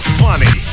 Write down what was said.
funny